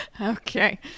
Okay